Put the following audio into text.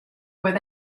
where